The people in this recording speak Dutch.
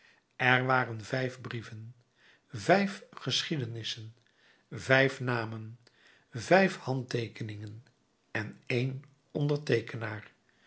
er waren vijf brieven vijf geschiedenissen vijf namen vijf handteekeningen en één onderteekenaar